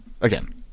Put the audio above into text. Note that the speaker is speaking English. again